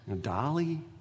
Dolly